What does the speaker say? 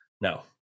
No